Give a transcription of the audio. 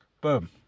Boom